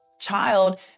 child